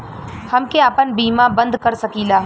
हमके आपन बीमा बन्द कर सकीला?